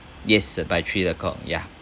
yes sir by three o'clock ya